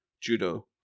judo